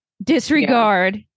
disregard